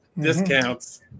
Discounts